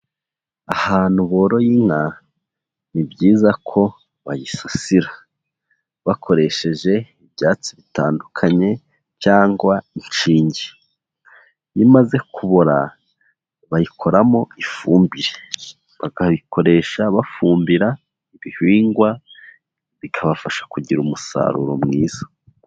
Ahantu boroye inka ni byiza ko bayisasira bakoresheje ibyatsi bitandukanye cyangwa inshinge imaze kubora bayikoramo ifumbire bakayikoresha bafumbira ibihingwa bikabafasha kugira umusaruro mwiza.